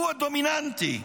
הוא הדומיננטי,